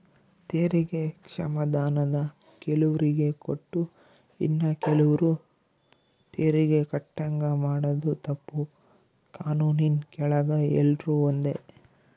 ತೆರಿಗೆ ಕ್ಷಮಾಧಾನಾನ ಕೆಲುವ್ರಿಗೆ ಕೊಟ್ಟು ಇನ್ನ ಕೆಲುವ್ರು ತೆರಿಗೆ ಕಟ್ಟಂಗ ಮಾಡಾದು ತಪ್ಪು, ಕಾನೂನಿನ್ ಕೆಳಗ ಎಲ್ರೂ ಒಂದೇ